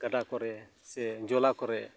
ᱜᱟᱰᱟ ᱠᱚᱨᱮ ᱥᱮ ᱡᱚᱞᱟ ᱠᱚᱨᱮ